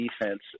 defense